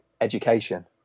education